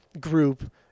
group